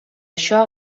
això